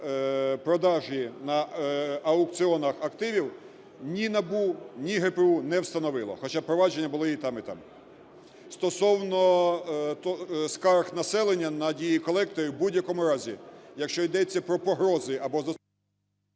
продажу на аукціонах активів ні НАБУ, ні ГПУ не встановило, хоча провадження були і там, і там. Стосовно скарг населення на дії колекторів. В будь-якому разі, якщо йдеться про погрози або...